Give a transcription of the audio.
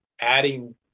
adding